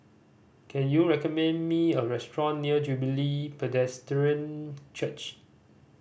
can you recommend me a restaurant near Jubilee Presbyterian Church